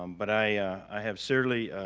um but i i have certainly,